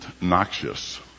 noxious